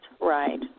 right